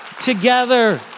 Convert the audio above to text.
together